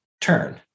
turn